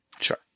Sure